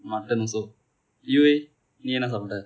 mutton also you eh நீ என்ன சாப்பிட்டாய்:nii enna saappitdaay